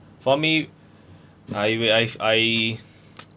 for me I've I I